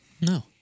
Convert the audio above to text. No